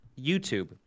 YouTube